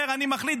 אומר: אני מחליט.